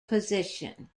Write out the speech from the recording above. position